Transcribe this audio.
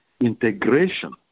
integration